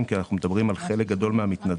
כי אנחנו מדברים על חלק גדול מהמתנדבים,